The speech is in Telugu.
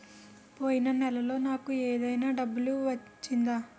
పోయిన నెలలో నాకు ఏదైనా డబ్బు వచ్చిందా?